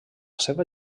seva